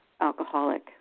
alcoholic